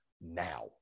now